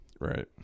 Right